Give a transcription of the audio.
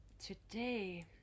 today